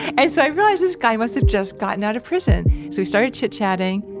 and so i realized this guy must have just gotten out of prison. so we start chit chatting,